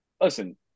listen